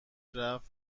رفت